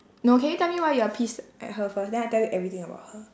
no can you tell me why you are pissed at her first then I tell you everything about her